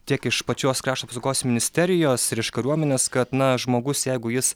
tiek iš pačios krašto apsaugos ministerijos ir iš kariuomenės kad na žmogus jeigu jis